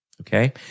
okay